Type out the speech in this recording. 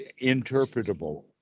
interpretable